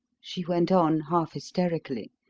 she went on half hysterically.